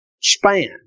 span